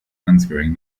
unscrewing